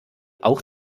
auch